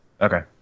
Okay